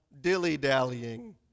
dilly-dallying